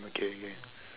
okay okay